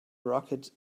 rocked